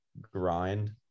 grind